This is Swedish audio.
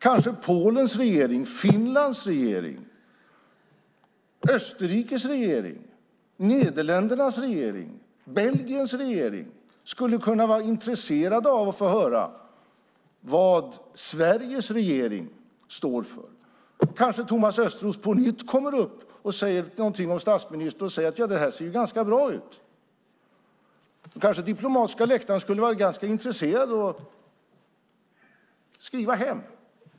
Kanske Polens regering, Finlands regering, Österrikes regering, Nederländernas regering eller Belgiens regering skulle vara intresserade av att få höra vad Sveriges regering står för. Kanske Thomas Östros på nytt går upp och säger att det här ser ganska bra ut. Kanske de på diplomatiska läktaren skulle vara intresserade och skriva hem.